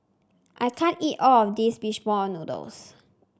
I can't eat all of this fish ball noodles